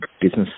business